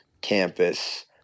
campus